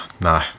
No